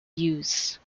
use